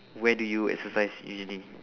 where do you exercise usually